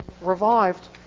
revived